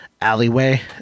alleyway